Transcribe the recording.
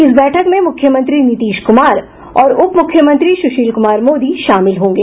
इस बैठक में मुख्यमंत्री नीतीश कुमार और उप मुख्यमंत्री सुशील कुमार मोदी शामिल होंगे